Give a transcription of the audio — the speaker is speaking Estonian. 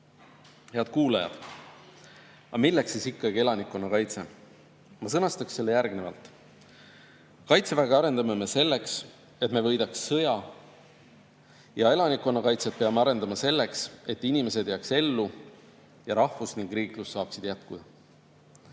Head kuulajad, aga milleks ikkagi elanikkonnakaitse? Ma sõnastaksin selle järgnevalt. Kaitseväge arendame selleks, et me võidaks sõja, ning elanikkonnakaitset peame arendama selleks, et inimesed jääksid ellu ning rahvus ja riiklus saaksid jätkuda.